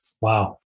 Wow